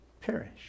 perish